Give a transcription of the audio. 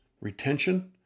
retention